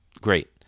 Great